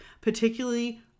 Particularly